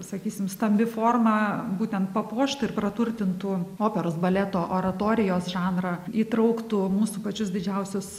sakysim stambi forma būtent papuoštų ir praturtintų operos baleto oratorijos žanrą įtrauktų mūsų pačius didžiausius